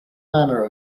manner